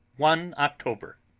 one october.